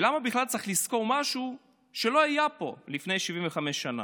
ולמה בכלל צריך לזכור משהו שלא היה פה לפני 75 שנה?